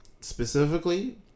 specifically